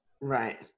right